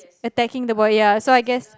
attacking the boy ya so I guess